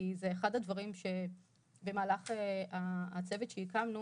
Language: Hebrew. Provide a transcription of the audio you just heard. כי זה אחד הדברים שבצוות שהקמנו